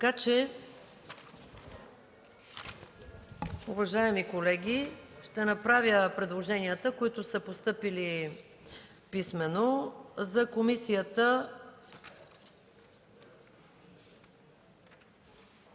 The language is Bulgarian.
така че, уважаеми колеги, ще направя предложенията, които са постъпили писмено за Комисията